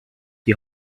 die